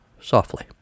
softly